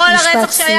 בכל הרצח,